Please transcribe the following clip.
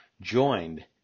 joined